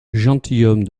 gentilhomme